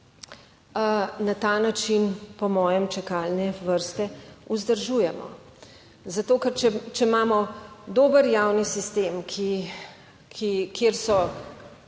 na ta način po mojem čakalne vrste vzdržujemo, zato ker, če imamo dober javni sistem, kjer so